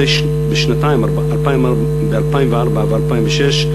ב-2004 ו-2006,